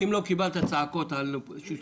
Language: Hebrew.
בואו נאמר את זה